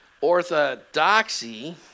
orthodoxy